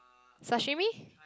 sashimi